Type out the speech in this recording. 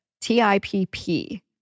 T-I-P-P